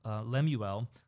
Lemuel